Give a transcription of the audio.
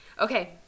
Okay